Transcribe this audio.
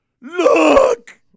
look